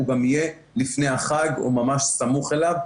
שהוא גם יהיה לפני החג או ממש סמוך אליו.